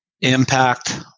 impact